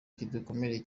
kidukomereye